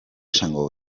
esango